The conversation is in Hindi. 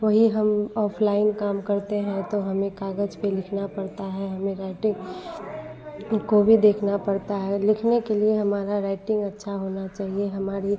वही हम ऑफ़लाइन काम करते हैं तो हमें कागज़ पर लिखना पड़ता है हमें राइटिंग को भी देखना पड़ता है लिखने के लिए हमारी राइटिंग अच्छा होना चाहिए हमारी